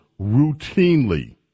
routinely